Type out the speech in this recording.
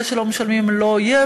אלה שלא משלמים הם לא אויב,